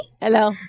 hello